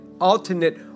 alternate